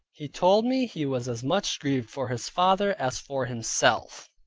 he told me he was as much grieved for his father as for himself.